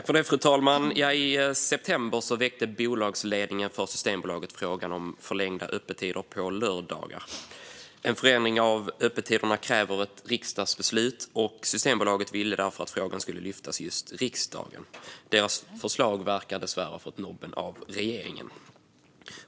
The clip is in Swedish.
Fru talman! I september väckte Systembolagets bolagsledning frågan om förlängda öppettider på lördagar. En förändring av öppettiderna kräver ett riksdagsbeslut. Systembolaget ville därför att frågan skulle tas upp i just riksdagen. Deras förslag verkar dessvärre ha fått nobben av regeringen.